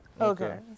Okay